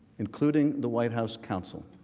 including the white house counsel.